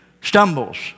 stumbles